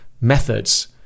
Methods